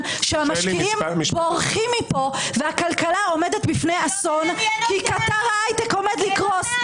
שהמשקיעים בורחים מפה והכלכלה עומדת בפני אסון כי קטר ההייטק עומד לקרוס.